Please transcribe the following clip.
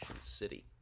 city